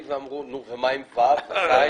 ואמרו נו, ומה עם ו', ז'